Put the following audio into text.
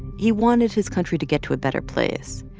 he wanted his country to get to a better place,